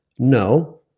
No